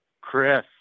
Chris